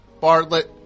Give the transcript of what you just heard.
Bartlett